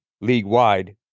league-wide